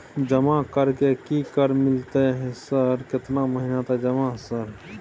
जमा कर के की कर मिलते है सर केतना महीना तक जमा सर?